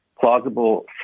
plausible